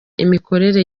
imikorere